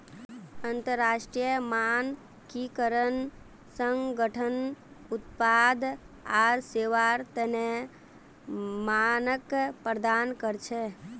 अंतरराष्ट्रीय मानकीकरण संगठन उत्पाद आर सेवार तने मानक प्रदान कर छेक